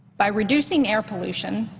by reducing air pollution,